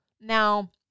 Now